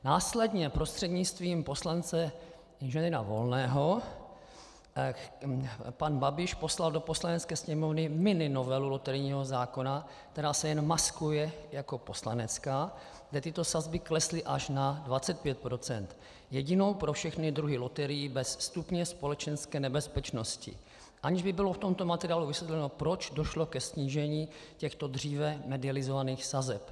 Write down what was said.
Následně prostřednictvím poslance Ing. Volného pan Babiš poslal do Poslanecké sněmovny mininovelu loterijního zákona, která se jen maskuje jako poslanecká, kde tyto sazby klesly až na 25 %, jedinou pro všechny druhy loterií bez stupně společenské nebezpečnosti, aniž by bylo v tomto materiálu vysvětleno, proč došlo ke snížení těchto dříve medializovaných sazeb.